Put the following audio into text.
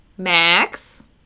Max